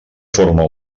forma